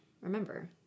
remember